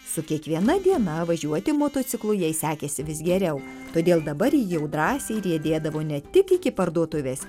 su kiekviena diena važiuoti motociklu jai sekėsi vis geriau todėl dabar ji jau drąsiai riedėdavo ne tik iki parduotuvės